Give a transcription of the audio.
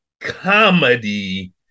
comedy